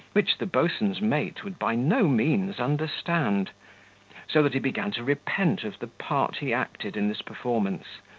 which the boatswain's mate would by no means understand so that he began to repent of the part he acted in this performance,